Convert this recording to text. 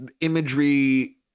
imagery